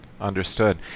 Understood